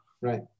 right